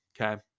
Okay